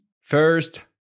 First